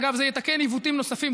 אגב, זה יתקן עיוותים נוספים.